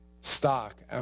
stock